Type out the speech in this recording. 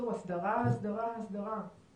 אז בוא תפרט לנו מה לא נעשה כמו שצריך,